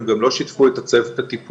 הם גם לא שיתפו את הצוות הטיפולי,